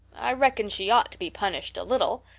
i reckon she ought to be punished a little.